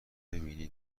وینی